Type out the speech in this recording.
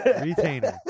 retainer